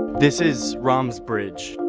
this is rama's bridge.